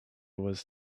was